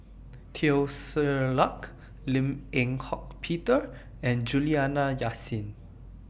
Teo Ser Luck Lim Eng Hock Peter and Juliana Yasin